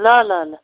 ल ल ल